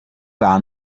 gar